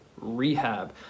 rehab